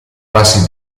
passi